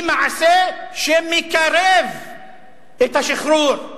היא מעשה שמקרב את השחרור,